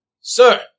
Sir